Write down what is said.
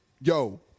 Yo